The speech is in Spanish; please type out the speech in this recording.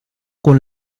con